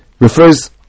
refers